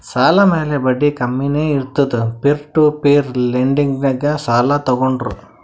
ಸಾಲ ಮ್ಯಾಲ ಬಡ್ಡಿ ಕಮ್ಮಿನೇ ಇರ್ತುದ್ ಪೀರ್ ಟು ಪೀರ್ ಲೆಂಡಿಂಗ್ನಾಗ್ ಸಾಲ ತಗೋಂಡ್ರ್